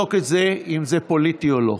לבדוק את זה, אם זה פוליטי או לא.